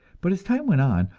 but as time went on,